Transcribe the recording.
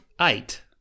eight